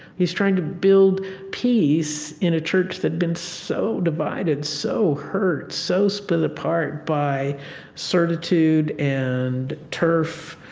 he's trying to build peace in a church that's been so divided, so hurt, so split apart by certitude and turf,